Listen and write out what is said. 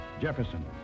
Jefferson